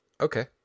Okay